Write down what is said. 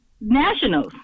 nationals